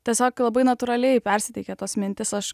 tiesiog labai natūraliai persiteikė tos mintys aš